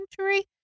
century